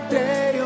day